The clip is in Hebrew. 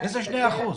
איזה 2%?